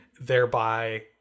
thereby